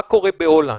מה קורה בהולנד,